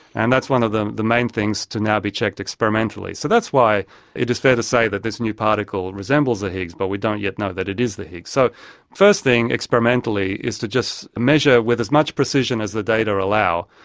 and that's one of the the main things to now be checked experimentally. so that's why it is fair to say that this new particle resembles a higgs but we don't yet know that it is the higgs. so first thing experimentally is to just measure, with as much precision as the data allow,